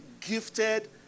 gifted